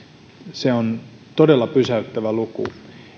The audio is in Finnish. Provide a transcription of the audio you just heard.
se on todella pysäyttävä luku